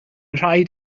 rhaid